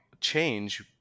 change